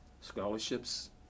scholarships